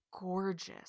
gorgeous